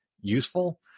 useful